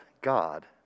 God